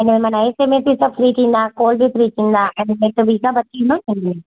हे न माना S M S सभु फ़्री थींदा कॉल बि फ़्री थींदा ऐं नेट बि सभु ईंदो न